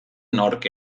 nork